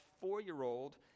four-year-old